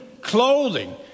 clothing